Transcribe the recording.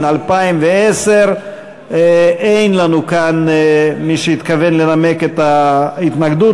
באותה ועדה שזה הוכן בה לקריאה ראשונה,